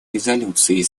резолюций